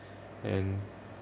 and